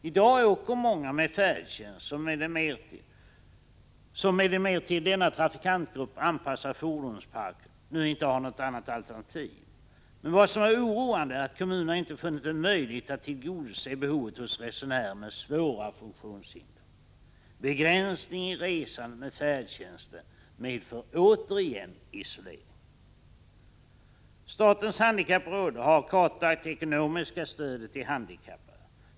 I dag åker många med färdtjänst som med en mer till denna trafikantgrupp anpassad fordonspark nu inte har något alternativ. Men vad som är oroande är att kommunerna inte funnit det möjligt att tillgodose behovet hos resenärer med svåra funktionshinder. Begränsning i resandet med färdtjänsten medför återigen en isolering. Statens handikappråd har kartlagt det ekonomiska stödet till handikappade.